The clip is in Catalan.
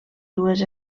dues